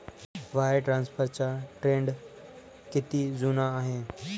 Wire ट्रान्सफरचा trend किती जुना आहे?